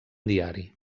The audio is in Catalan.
diari